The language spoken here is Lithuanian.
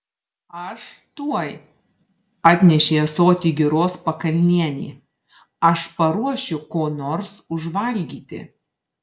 aš tuoj atnešė ąsotį giros pakalnienė aš paruošiu ko nors užvalgyti